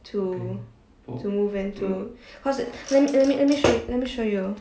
to to move into because let me let me let me let me show you